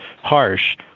harsh